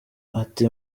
ati